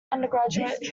undergraduate